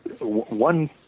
One